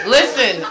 Listen